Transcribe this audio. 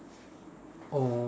or